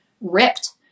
ripped